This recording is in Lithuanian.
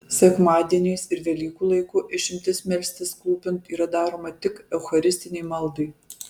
sekmadieniais ir velykų laiku išimtis melstis klūpint yra daroma tik eucharistinei maldai